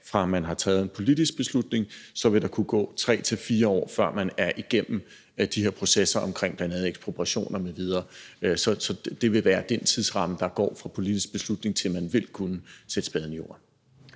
fra man har taget en politisk beslutning, vil der kunne gå 3-4 år, før man er igennem de her processer omkring bl.a. ekspropriationer m.v. Så det vil være den tidsramme, der er, fra man tager en politisk beslutning, til man vil kunne sætte spaden i jorden.